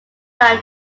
time